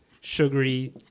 sugary